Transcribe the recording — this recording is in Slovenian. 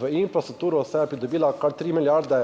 v infrastrukturo, saj je pridobila kar tri milijarde